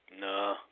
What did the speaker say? No